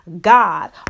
god